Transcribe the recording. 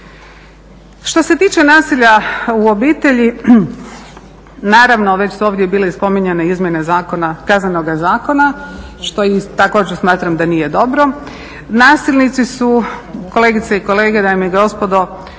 Što se tiče nasilja u obitelji, naravno već su ovdje bile i spominjane izmjene Kaznenoga zakona što također smatram da nije dobro. Nasilnici su kolegice i kolege, dame i gospodo